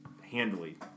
handily